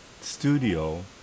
studio